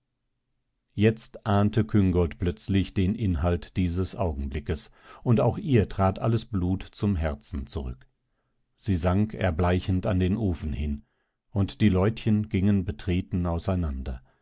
jetzt ahnte küngolt plötzlich den inhalt dieses augenblickes und auch ihr trat alles blut zum herzen zurück sie sank erbleichend an den ofen hin und die leutchen gingen betreten auseinander